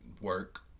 work